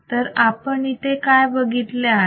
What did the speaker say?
तर आपण इथे काय बघितले आहे